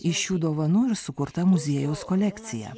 iš šių dovanų ir sukurta muziejaus kolekcija